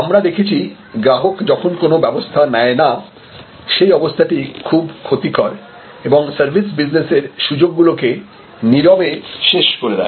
আমরা দেখেছি গ্রাহক যখন কোন ব্যবস্থা নেয় না সেই অবস্থাটি খুব ক্ষতিকর এবং সার্ভিস বিজনেসের সুযোগগুলোকে নীরবে শেষ করে দেয়